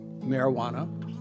marijuana